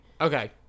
Okay